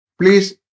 Please